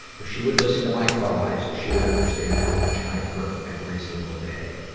if she would listen to my cries, she would understand how much i hurt every single day.